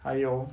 还有